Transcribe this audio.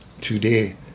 today